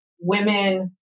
women